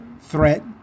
threat